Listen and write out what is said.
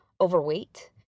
overweight